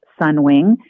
Sunwing